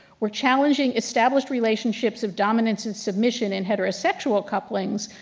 where challenging established relationships of dominance and submission and heterosexual couplings,